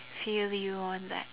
feel you on that